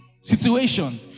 situation